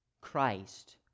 Christ